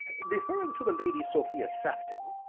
referring to the lady sophia sefton,